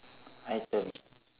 item